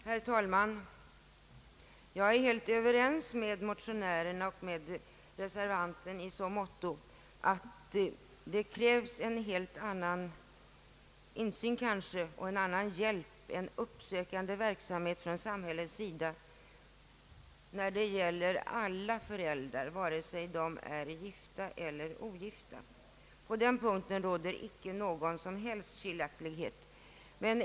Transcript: Herr talman! Jag är helt överens med motionärerna och reservanten i så måtto att det krävs en helt annan insyn och kanske en helt annan hjälp än uppsökande verksamhet från samhällets sida för alla föräldrar, vare sig de är gifta eller ogifta. På den punkten råder inga som helst skilda meningar.